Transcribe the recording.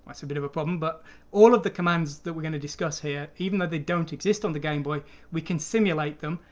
that's a bit of a problem! but all of the commands that we're going to discuss here. even though they don't exist on the game boy we can simulate them!